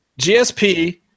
GSP